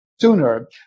sooner